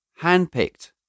handpicked